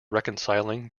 reconciling